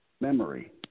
Memory